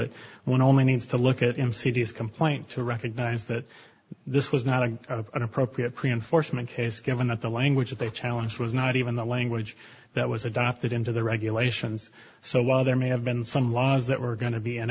it when only needs to look at him c d s complaint to recognise that this was not an appropriate pre enforcement case given that the language that they challenge was not even the language that was adopted into the regulations so while there may have been some laws that were going to